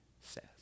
says